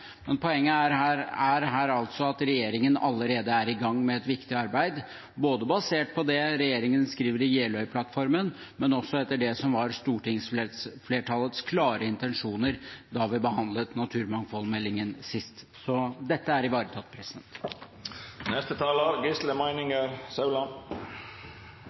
men poenget her er at regjeringen allerede er i gang med et viktig arbeid som er basert på både det som regjeringen skriver i Jeløya-plattformen, og det som var stortingsflertallets klare intensjoner da vi behandlet naturmangfoldmeldingen sist. Så dette er ivaretatt.